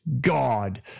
God